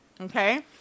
Okay